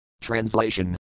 Translation